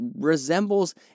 resembles